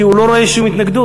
כי הוא לא רואה שום התנגדות.